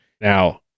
Now